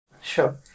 Sure